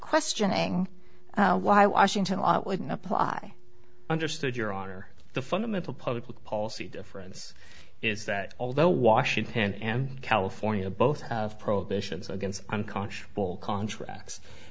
questioning why washington wouldn't apply understood your honor the fundamental public policy difference is that although washington and california both have prohibitions against unconscionable contracts